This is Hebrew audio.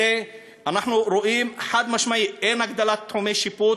את זה אנחנו רואים חד-משמעית: אין הגדלת תחומי שיפוט,